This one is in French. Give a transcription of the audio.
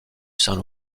saint